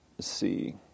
see